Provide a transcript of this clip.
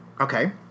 Okay